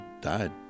died